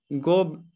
go